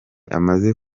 amaze